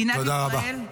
תודה רבה.